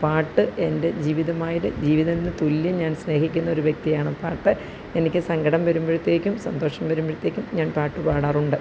പാട്ട് എൻ്റെ ജീവിതമായത് ജീവിതത്തിന് തുല്യം ഞാൻ സ്നേഹിക്കുന്ന ഒരു വ്യക്തിയാണ് പാട്ട് എനിക്ക് സങ്കടം വരുമ്പോഴത്തേക്കും സന്തോഷം വരുമ്പോഴത്തേക്കും ഞാൻ പാട്ടു പാടാറുണ്ട്